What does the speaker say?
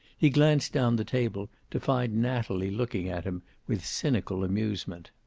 he glanced down the table, to find natalie looking at him with cynical amusement.